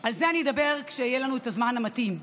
על זה אדבר כשיהיה לנו את הזמן המתאים.